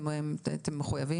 אתם מחוייבים עקרונית להכניס אותו.